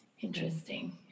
Interesting